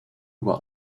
were